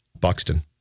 Buxton